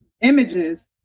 images